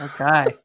Okay